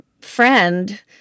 friend